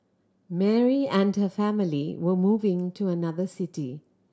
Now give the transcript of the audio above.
Mary and her family were moving to another city